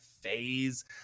phase